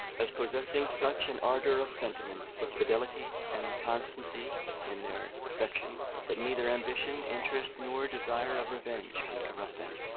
as possessing such an ardour of sentiment, with fidelity and constancy in their affection, that neither ambition, interest, nor desire of revenge, can corrupt them,